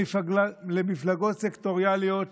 למפלגות סקטוריאליות,